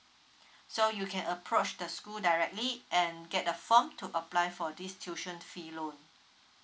so you can approach the school directly and get a form to apply for this tuition fee loan